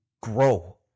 grow